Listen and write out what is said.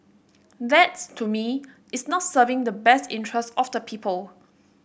that to me is not serving the best interest of the people